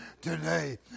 today